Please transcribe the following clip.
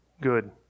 good